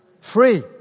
free